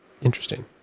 Interesting